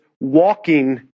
walking